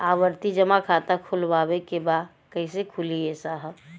आवर्ती जमा खाता खोलवावे के बा कईसे खुली ए साहब?